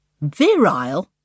Virile